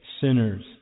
sinners